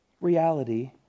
reality